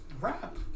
rap